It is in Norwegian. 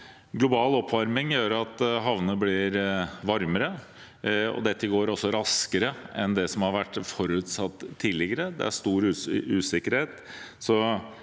Global oppvarming gjør at havene blir varmere, og dette går raskere enn det som har vært forutsatt tidligere. Det er stor usikkerhet.